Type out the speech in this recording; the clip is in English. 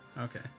Okay